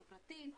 חברתית,